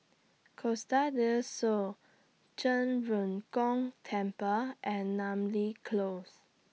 Costa Del Sol Zhen Ren Gong Temple and Namly Close